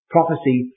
Prophecy